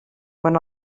quan